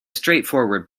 straightforward